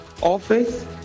office